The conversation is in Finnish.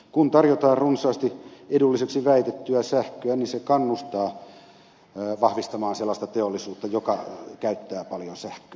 kun tarjotaan runsaasti edulliseksi väitettyä sähköä niin se kannustaa vahvistamaan sellaista teollisuutta joka käyttää paljon sähköä